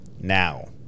now